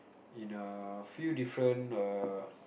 in a few different err